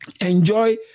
Enjoy